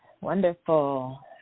Wonderful